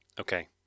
Okay